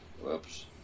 Whoops